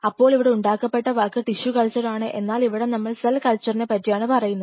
അപ്പോൾ ഇവിടെ ഉണ്ടാക്കപ്പെട്ട വാക്ക് ടിഷ്യുകൾച്ചർ ആണ് എന്നാൽ ഇവിടെ നമ്മൾ സെൽ കൾച്ചർനെ പറ്റിയാണ് പറയുന്നത്